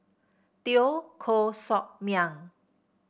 Teo Koh Sock Miang